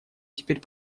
теперь